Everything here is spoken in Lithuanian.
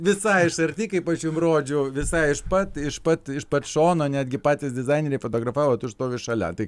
visai iš arti kaip aš jum rodžiau visai iš pat iš pat iš pat šono netgi patys dizaineriai fotografavo tu ir stovi šalia